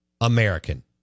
American